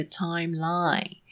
timeline